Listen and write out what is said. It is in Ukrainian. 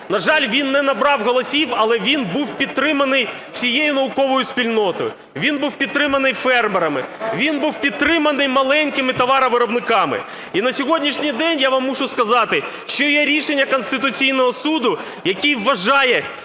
На жаль, він не набрав голосів, але він був підтриманий всією науковою спільнотою, він був підтриманий фермерами, він був підтриманий маленькими товаровиробниками. І на сьогоднішній день, я вам мушу сказати, що є рішення Конституційного Суду, який вважає,